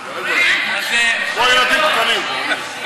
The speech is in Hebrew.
הכנסת מיקי לוי.